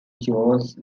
jose